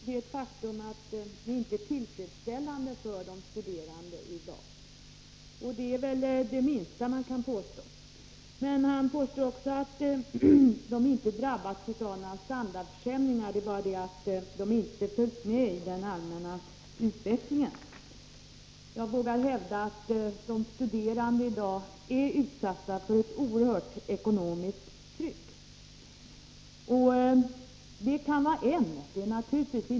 Herr talman! Ralf Lindström säger att det är ett faktum att förhållandena för de studerande inte är tillfredsställande i dag. Det är väl det minsta man kan säga. Han påstår också att de studerande inte drabbats av några standardförsämringar utan att de bara inte följt med i den allmänna utvecklingen. Jag vågar hävda att de studerande i dag är utsatta för ett oerhört ekonomiskt tryck.